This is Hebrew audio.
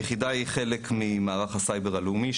היחידה היא חלק ממערך הסייבר הלאומי,